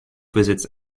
visits